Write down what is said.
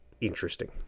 interesting